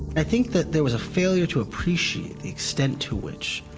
think that there was a failure to appreciate the extent to which